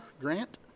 Grant